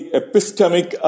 epistemic